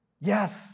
Yes